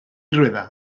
rueda